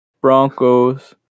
Broncos